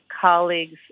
colleagues